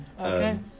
Okay